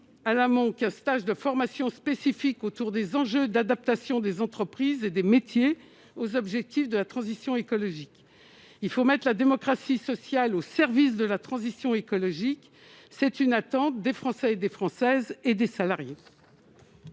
à la manque, stage de formation spécifique autour des enjeux d'adaptation des entreprises et des métiers aux objectifs de la transition écologique, il faut mettre la démocratie sociale au service de la transition écologique, c'est une attente des Français et des Françaises et des salariés.